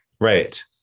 Right